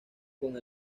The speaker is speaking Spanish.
con